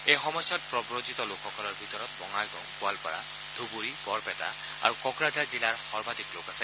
এই সময়ছোৱাত প্ৰৱজিত লোকসকলৰ ভিতৰত বঙাইগাঁও গোৱালপাৰা ধুবুৰী বৰপেটা আৰু কোকৰাঝাৰ জিলাৰ সৰ্বাধিক লোক আছে